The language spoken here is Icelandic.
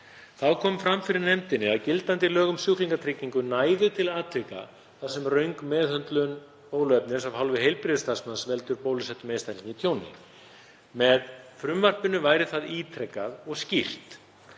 Þá kom fram fyrir nefndinni að gildandi lög um sjúklingatryggingu næðu til atvika þar sem röng meðhöndlun bóluefnis af hálfu heilbrigðisstarfsmanns veldur bólusettum einstaklingi tjóni. Með frumvarpinu væri það ítrekað og skýrt.